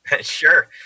Sure